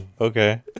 okay